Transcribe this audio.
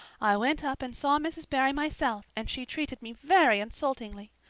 i went up and saw mrs. barry myself and she treated me very insultingly.